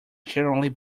generally